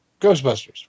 Ghostbusters